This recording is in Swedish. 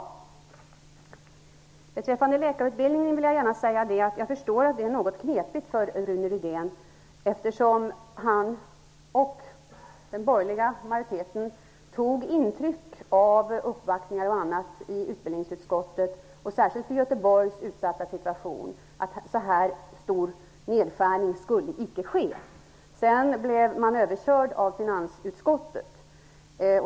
Jag förstår att frågan om läkarutbildningen, särskilt när det gäller Göteborgs utsatta situation, är något knepig för Rune Rydén, eftersom han och den borgerliga majoriteten tog intryck av uppvaktningar i utbildningsutskottet etc. som ansåg att en så stor nedskärning icke skulle ske. Sedan blev man överkörd av finansutskottet.